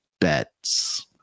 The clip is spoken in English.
bets